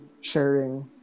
sharing